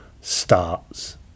starts